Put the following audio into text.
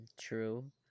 true